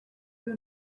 you